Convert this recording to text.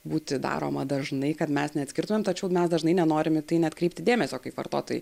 būti daroma dažnai kad mes neatskirtumėm tačiau mes dažnai nenorim į tai net kreipti dėmesio kaip vartotojai